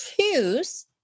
choose